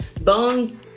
Bones